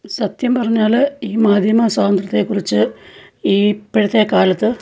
സത്യംപറഞ്ഞാല് ഈ മാധ്യമ സ്വാതന്ത്രത്തെക്കുറിച്ച് ഈ ഇപ്പോഴത്തെ കാലത്ത്